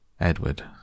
Edward